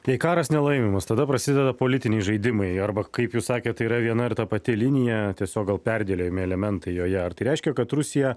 tai karas nelaimimas tada prasideda politiniai žaidimai arba kaip jūs sakėt tai yra viena ir ta pati linija tiesiog gal perdėliojami elementai joje ar tai reiškia kad rusija